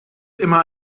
immer